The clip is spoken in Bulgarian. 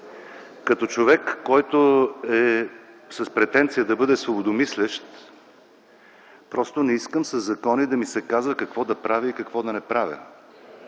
Като човек, който е с претенция да бъде свободомислещ, просто не искам със закони да ми се казва какво да правя и какво да не правя!